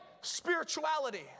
spirituality